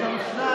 יש שם שתיים.